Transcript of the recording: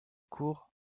cour